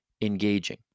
engaging